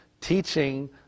teaching